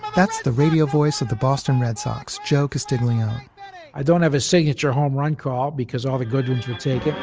that's the radio voice of the boston red sox, joe castiglione i don't have a signature home run call because all the good ones would take